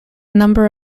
number